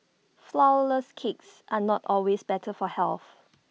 Flourless Cakes are not always better for health